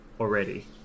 already